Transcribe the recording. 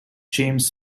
james